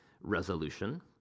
resolution